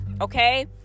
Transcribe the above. okay